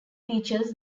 features